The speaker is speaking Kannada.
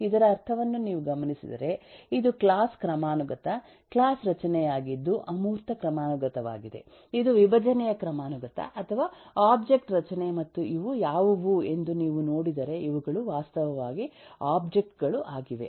ಇದರ ಅರ್ಥವನ್ನು ನೀವು ಗಮನಿಸಿದರೆ ಇದು ಕ್ಲಾಸ್ ಕ್ರಮಾನುಗತ ಕ್ಲಾಸ್ ರಚನೆಯಾಗಿದ್ದು ಅಮೂರ್ತ ಕ್ರಮಾನುಗತವಾಗಿದೆ ಇದು ವಿಭಜನೆಯ ಕ್ರಮಾನುಗತ ಅಥವಾ ಆಬ್ಜೆಕ್ಟ್ ರಚನೆ ಮತ್ತು ಇವು ಯಾವುವು ಎಂದು ನೀವು ನೋಡಿದರೆ ಇವುಗಳು ವಾಸ್ತವವಾಗಿ ಒಬ್ಜೆಕ್ಟ್ ಗಳು ಆಗಿವೆ